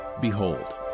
behold